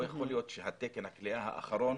לא יכול להיות שתקן הכליאה האחרון